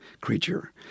creature